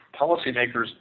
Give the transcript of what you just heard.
policymakers